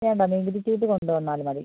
വേണ്ട നികുതി ചീട്ട് കൊണ്ടുവന്നാൽ മതി